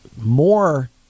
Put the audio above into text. more